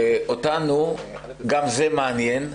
אותנו גם זה מעניין,